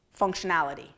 functionality